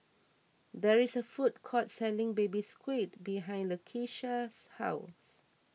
there is a food court selling Baby Squid behind Lakeisha's house